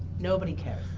nobody cares.